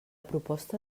proposta